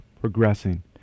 progressing